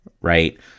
right